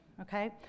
Okay